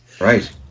Right